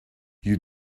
you